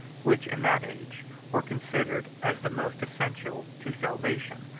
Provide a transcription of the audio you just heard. which in that age were considered as the most essential to salvation.